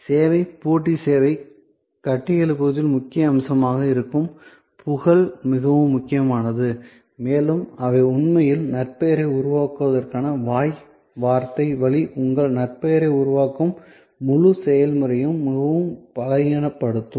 சேவை போட்டி சேவையை கட்டியெழுப்புவதில் முக்கிய அம்சமாக இருக்கும் புகழ் மிகவும் முக்கியமானது மேலும் அவை உண்மையில் நற்பெயரை உருவாக்குவதற்கான வாய் வார்த்தை வழி உங்கள் நற்பெயரை உருவாக்கும் முழு செயல்முறையையும் மிகவும் பலவீனப்படுத்துகிறது